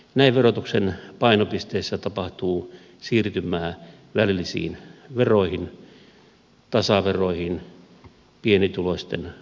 näin verotuksen painopisteessä tapahtuu siirtymää välillisiin veroihin tasaveroihin pienituloisten vahingoksi